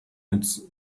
its